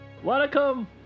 Welcome